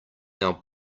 now